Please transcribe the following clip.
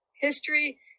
history